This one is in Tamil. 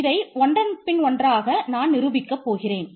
இதை ஒன்றின் பின் ஒன்றாக நான் நிரூபிக்கப் போகிறேன்